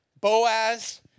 Boaz